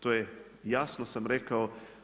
To je jasno sam rekao.